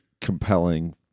compelling